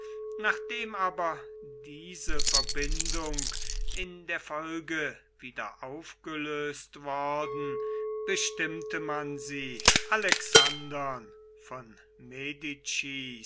nachdem aber diese verbindung in der folge wieder aufgelöst worden bestimmte man sie alexandern von